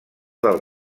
del